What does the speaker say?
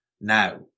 now